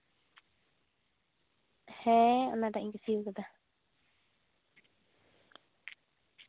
ᱦᱮᱸ ᱚᱱᱟᱴᱟᱜ ᱤᱧ ᱠᱩᱥᱤ ᱠᱟᱫᱟ